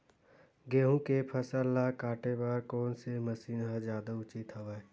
गेहूं के फसल ल काटे बर कोन से मशीन ह जादा उचित हवय?